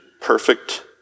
perfect